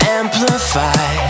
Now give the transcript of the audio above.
amplify